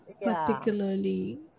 particularly